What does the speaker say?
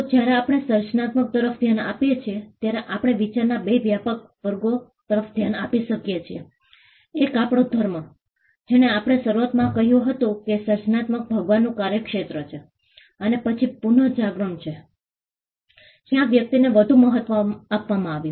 તો જ્યારે આપણે સર્જનાત્મકતા તરફ ધ્યાન આપીએ છીએ ત્યારે આપણે વિચારના 2 વ્યાપક વર્ગો તરફ ધ્યાન આપી શકીએ છીએ એક આપણો ધર્મ જેણે આપણને શરૂઆતમાં કહ્યું હતું કે સર્જનાત્મકતા ભગવાનનું કાર્યક્ષેત્ર છે અને પછી પુનર્જાગરણ છે જ્યાં વ્યક્તિને વધુ મહત્વ આપવામાં આવ્યું